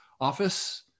office